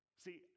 See